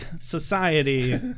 society